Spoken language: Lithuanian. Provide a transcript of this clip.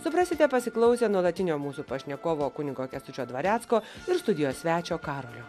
suprasite pasiklausę nuolatinio mūsų pašnekovo kunigo kęstučio dvarecko ir studijos svečio karolio